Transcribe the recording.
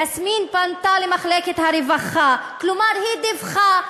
יסמין פנתה למחלקת הרווחה, כלומר היא דיווחה,